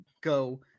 go